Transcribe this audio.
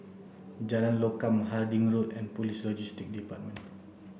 Jalan Lokam Harding Road and Police Logistics Department